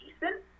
decent